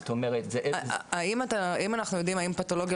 זאת אומרת -- האם אנחנו יודעים האם פתולוגיה